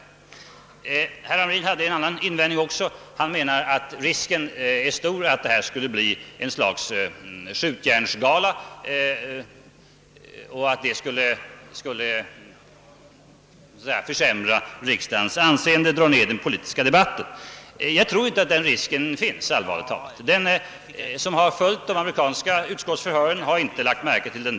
Herr Hamrin i Jönköping hade ytterligare en invändning; han menade att risken var stor att dessa offentliga förhör skulle bli ett slags skjutjärnsgalor, och det skulle försämra riksdagens anseende och dra ned den politiska debatten. Jag tror allvarligt talat inte att den risken finns. De som har följt de amerikanska utskottsförhören har inte lagt märke till den.